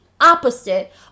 opposite